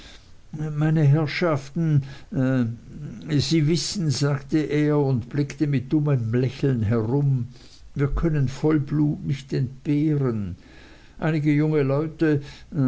meine herrschaften äh sie wissen sagte er und blickte mit dummem lächeln herum wir können vollblut nicht entbehren einige junge leute